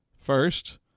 First